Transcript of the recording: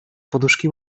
poduszki